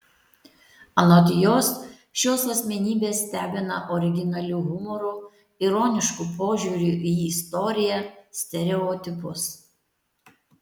anot jos šios asmenybės stebina originaliu humoru ironišku požiūriu į istoriją stereotipus